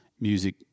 music